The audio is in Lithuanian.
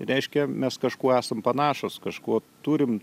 reiškia mes kažkuo esam panašūs kažko turim